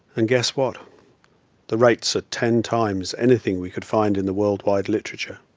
and guess what the rates are ten times anything we could find in the worldwide literature.